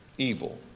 evil